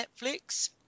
Netflix